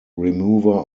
remover